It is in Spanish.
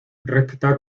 recta